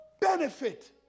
benefit